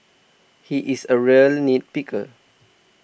he is a real nit picker